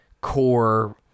core